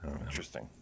interesting